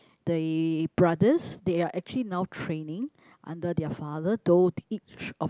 they brothers they are actually now training under their father tho each of